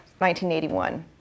1981